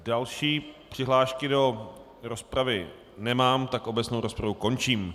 Další přihlášky do rozpravy nemám, obecnou rozpravu končím.